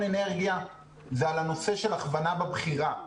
אנרגיה זה על הנושא של הכוונה בבחירה.